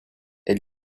elle